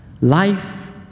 Life